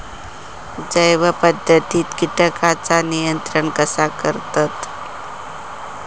जैव पध्दतीत किटकांचा नियंत्रण कसा करतत?